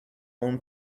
own